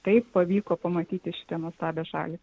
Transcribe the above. taip pavyko pamatyti šitą nuostabią šalį